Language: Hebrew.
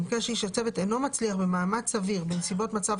במקרה שאיש הצוות אינו מצליח במאמץ סביר בנסיבות מצב